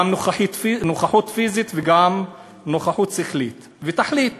גם נוכחות פיזית וגם נוכחות שכלית, ותחליט